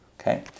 Okay